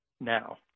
now